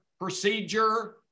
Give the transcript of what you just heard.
procedure